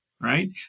right